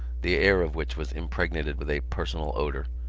the air of which was impregnated with a personal odour,